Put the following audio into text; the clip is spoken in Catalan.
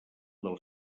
del